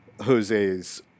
jose's